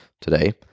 today